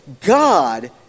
God